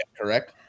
correct